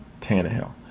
Tannehill